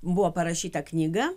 buvo parašyta knyga